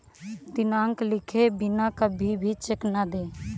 दिनांक लिखे बिना कभी भी चेक न दें